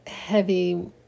heavy